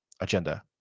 agenda